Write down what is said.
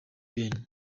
ben